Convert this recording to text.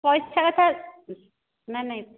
ପଇସା କଥା ନାହିଁ ନାହିଁ